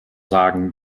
sagen